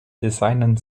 designern